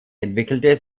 entwickelte